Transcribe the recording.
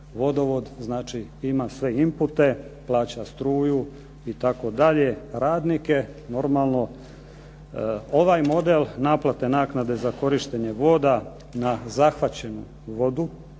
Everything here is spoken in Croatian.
vodovod ima sve inpute, plaća struju, radnike naravno. Ovaj model naplate naknade za korištenje voda na zahvaćenu vodu